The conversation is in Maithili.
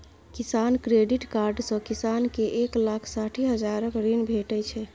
किसान क्रेडिट कार्ड सँ किसान केँ एक लाख साठि हजारक ऋण भेटै छै